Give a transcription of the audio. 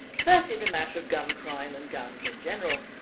firstly the matter of gun crime and guns in general.